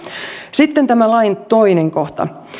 sitten tämän lain toinen kohta